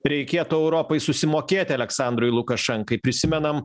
reikėtų europai susimokėti aleksandrui lukašenkai prisimenam